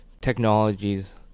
technologies